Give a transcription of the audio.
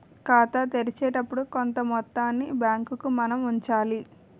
ఖాతా తెరిచేటప్పుడు కొంత మొత్తాన్ని బ్యాంకుకు మనం ఉంచాలి